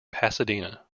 pasadena